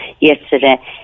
yesterday